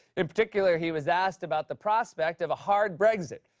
in particular, he was asked about the prospect of a hard brexit,